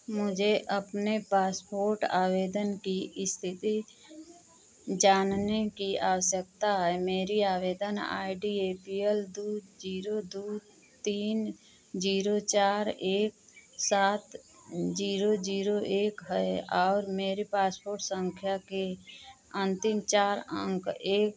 मुझे अपने पासपोर्ट आवेदन की स्थिति जानने की आवश्यकता है मेरी आवेदन I D A P L दो जीरो दो तीन जीरो चार एक सात जीरो जीरो एक है और मेरी पासपोर्ट संख्या के अंतिम चार अंक एक